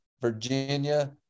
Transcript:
Virginia